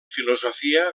filosofia